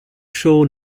sure